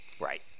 Right